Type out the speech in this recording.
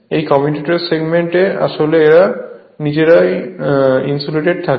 এই commutator segment এ আসলে এরা নিজেরা ইনসুলেটেড থাকে